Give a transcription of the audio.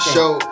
Show